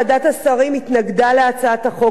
ועדת השרים התנגדה להצעת החוק,